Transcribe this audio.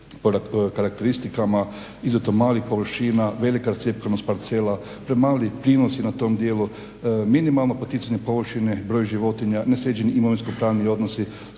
hvala.